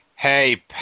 Hey